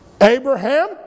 Abraham